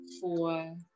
four